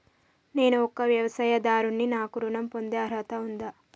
నేను ఒక వ్యవసాయదారుడిని నాకు ఋణం పొందే అర్హత ఉందా?